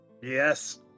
yes